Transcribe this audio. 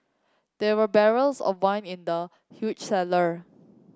there were barrels of wine in the huge cellar